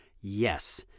yes